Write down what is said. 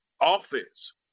offense